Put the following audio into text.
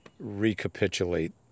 recapitulate